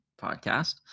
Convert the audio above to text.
podcast